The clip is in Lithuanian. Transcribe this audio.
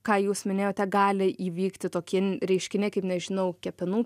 ką jūs minėjote gali įvykti tokie reiškiniai kaip nežinau kepenų